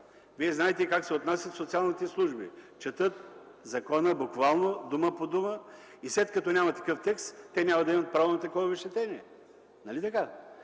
Вие знаете как се отнасят социалните служби. Четат закона буквално, дума по дума и след като няма такъв текст, те няма да имат право на такова обезщетение. Нали така?